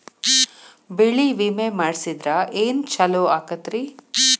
ಬೆಳಿ ವಿಮೆ ಮಾಡಿಸಿದ್ರ ಏನ್ ಛಲೋ ಆಕತ್ರಿ?